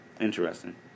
Interesting